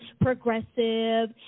progressive